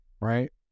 right